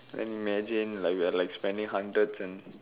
then imagine like we are spending hundreds and